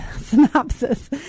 synopsis